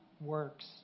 works